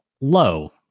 low